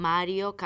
Mario